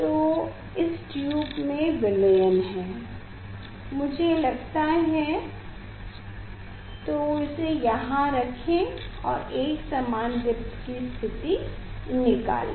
तो इस ट्यूब में विलयन है मुझे लगता है तो इसे यहाँ रखे और एकसमान दीप्त की स्थिति निकाले